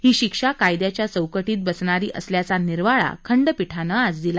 ही शिक्षा कायद्याच्या चौकटीत बसणारी असल्याचा निर्वाळा खंडपीठानं आज दिला